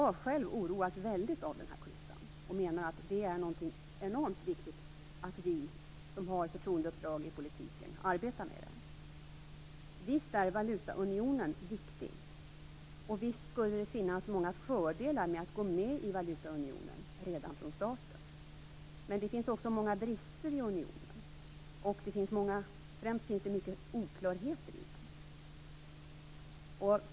Jag själv oroas väldigt av den här klyftan, och menar att det är enormt viktigt att vi som har förtroendeuppdrag inom politiken arbetar med den. Visst är valutaunionen viktig, och visst skulle det finnas många fördelar med att gå med i den redan från starten. Men det finns också många brister i unionen, och främst finns det många oklarheter i den.